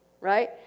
right